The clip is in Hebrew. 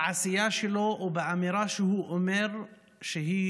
בעשייה שלו או באמירה שהוא אומר שזאת